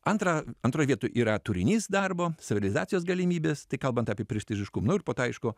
antra antroj vietoj yra turinys darbo savirealizacijos galimybės tai kalbant apie prestižiškumą nu ir po aišku